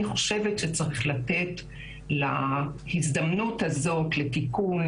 אני חושבת שצריך לתת את ההזדמנות הזו לתיקון,